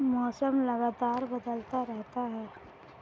मौसम लगातार बदलता रहता है